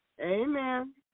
Amen